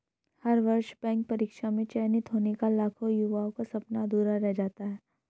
हर वर्ष बैंक परीक्षा में चयनित होने का लाखों युवाओं का सपना अधूरा रह जाता है